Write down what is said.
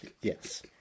yes